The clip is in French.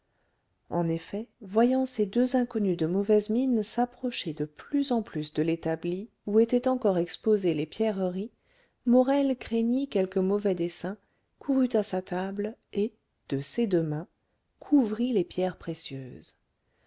en effet voyant ces deux inconnus de mauvaise mine s'approcher de plus en plus de l'établi où étaient encore exposées les pierreries morel craignit quelque mauvais dessein courut à sa table et de ses deux mains couvrit les pierres précieuses